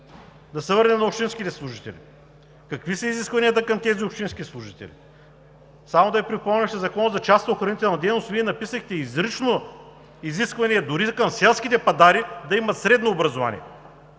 Да се върнем на общинските служители. Какви са изискванията към тези общински служители? Само да Ви припомня, че в Закона за частно-охранителната дейност Вие написахте изрично изисквания дори и към селските пъдари да имат средно образование.